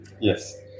Yes